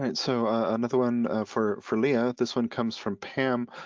and so another one for for leah. this one comes from pam.